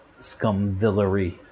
scumvillery